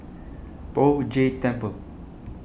Poh Jay Temple